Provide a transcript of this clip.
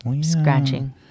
scratching